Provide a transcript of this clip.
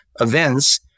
events